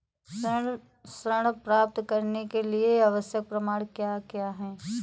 ऋण प्राप्त करने के लिए आवश्यक प्रमाण क्या क्या हैं?